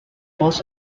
falls